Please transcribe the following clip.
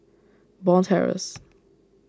Bond Terrace